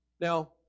now